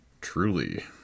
truly